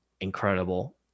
incredible